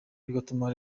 bigatuma